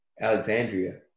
Alexandria